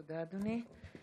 תודה, אדוני.